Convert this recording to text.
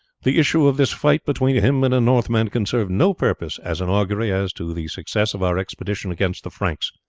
the issue of this fight between him and a northman can serve no purpose as an augury as to the success of our expedition against the franks.